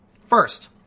First